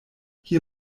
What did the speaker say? hier